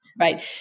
Right